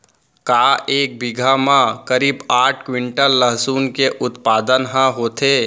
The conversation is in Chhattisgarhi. का एक बीघा म करीब आठ क्विंटल लहसुन के उत्पादन ह होथे?